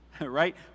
right